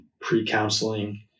pre-counseling